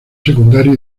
secundaria